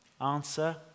Answer